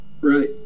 Right